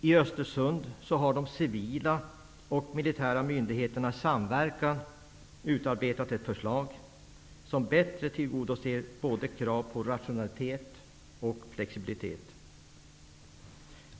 I Östersund har de civila och militära myndigheterna i samarbete utarbetat ett förslag som bättre tillgodoser krav på rationalitet och flexibilitet.